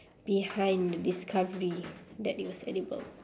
behind the discovery that it was edible